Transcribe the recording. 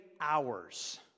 hours